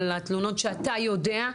על התלונות שאתה יודע.